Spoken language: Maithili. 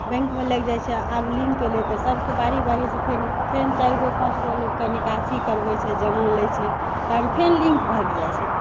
बैँकमे लागि जाइ छै आब लिन्क अएलै तऽ सभकेँ बारी बारीसे फेर फेर चारि गो पाँच गो लोकके निकासी करबै छै जमा लै छै तहन फर लिन्क भागि जाइ छै